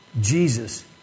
Jesus